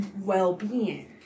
well-being